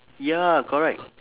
ya correct